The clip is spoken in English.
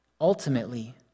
ultimately